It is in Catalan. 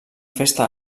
festa